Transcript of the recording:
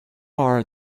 are